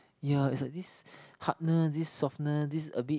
ya is like this hardness this softness this a bit